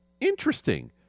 interesting